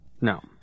No